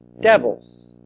devils